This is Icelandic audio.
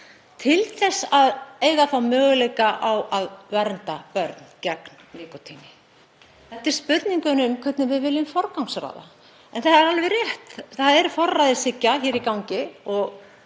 til þess að eiga möguleika á að vernda börn gegn nikótíni? Þetta er spurning um hvernig við viljum forgangsraða. Það er alveg rétt að það er forræðishyggja í gangi og